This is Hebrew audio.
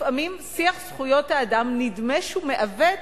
לפעמים שיח זכויות האדם, נדמה שהוא מעוות